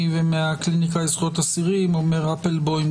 ומהקליניקה לזכויות אסירים עומר אפלבוים,